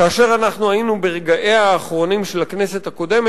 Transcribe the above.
כאשר היינו ברגעיה האחרונים של הכנסת הקודמת,